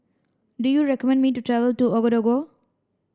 do you recommend me to travel to Ouagadougou